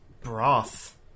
broth